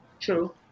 True